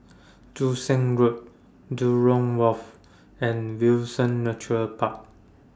Joo Seng Road Jurong Wharf and Windsor Nature Park